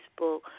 Facebook